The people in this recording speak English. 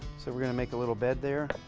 so we're going to make a little bed there.